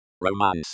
Romance